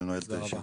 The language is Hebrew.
אני נועל את הישיבה.